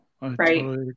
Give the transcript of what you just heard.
right